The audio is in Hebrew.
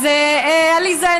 אז עליזה,